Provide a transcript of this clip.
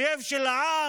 אויב של העם,